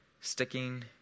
Sticking